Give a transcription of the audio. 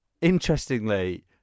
Interestingly